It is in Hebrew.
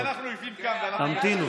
בשביל זה אנחנו יושבים כאן, המתינו.